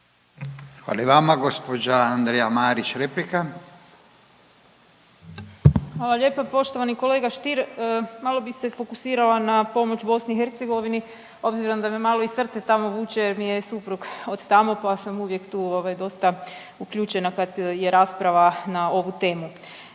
replika. **Marić, Andreja (SDP)** Hvala lijepa. Poštovani kolega Stier malo bi se fokusirala na pomoć BiH obzirom da me malo i srce tamo vuče jer mi je suprug od tamo, pa sam uvijek tu dosta uključena kad je rasprava na ovu temu.